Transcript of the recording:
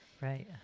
right